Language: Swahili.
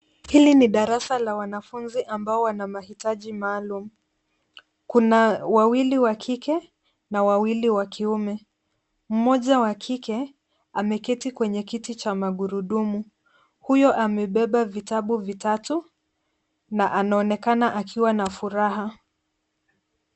Hiki ni darasa la wanafunzi wenye mahitaji maalum. Kuna wawili wa kike na wawili wa kiume. Mmoja wa kike ameketi kwenye kiti cha magurudumu. Amebeba vitabu vitatu na anaonekana akiwa na furaha.